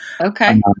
Okay